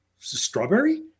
Strawberry